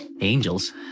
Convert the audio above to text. Angels